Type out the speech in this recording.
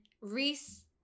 Reese